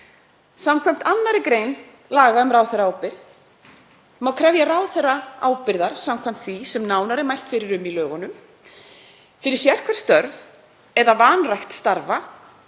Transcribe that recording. Samkvæmt 2. gr. laga um ráðherraábyrgð má krefja ráðherra ábyrgðar samkvæmt því sem nánar er mælt fyrir um í lögunum fyrir sérhver störf eða vanrækt starfa